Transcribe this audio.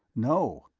no.